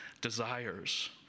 desires